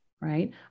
right